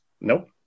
Nope